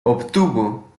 obtuvo